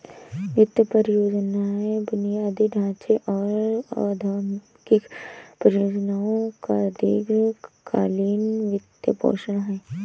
वित्त परियोजना बुनियादी ढांचे और औद्योगिक परियोजनाओं का दीर्घ कालींन वित्तपोषण है